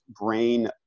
brain